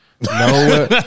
No